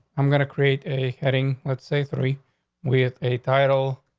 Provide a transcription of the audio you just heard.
i'm gonna create a heading. let's say three with a title.